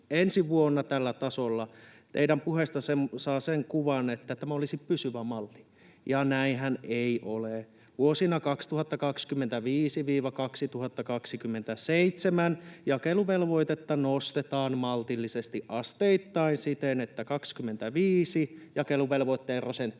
ensi vuonna tällä tasolla, olisi pysyvä malli. Näinhän ei ole. Vuosina 2025—2027 jakeluvelvoitetta nostetaan maltillisesti asteittain siten, että 2025 jakeluvelvoitteen prosentti